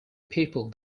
people